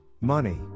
Money